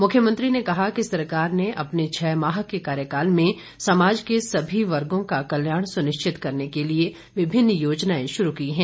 मुख्यमंत्री ने कहा कि सरकार ने अपने छः माह के कार्यकाल में समाज के सभी वर्गो का कल्याण सुनिश्चित करने के लिए विभिन्न योजनाएं शुरू की हैं